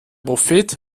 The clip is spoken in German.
prophet